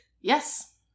Yes